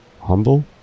Humble